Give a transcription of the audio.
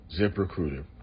ZipRecruiter